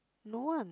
no one